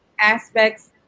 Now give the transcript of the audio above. aspects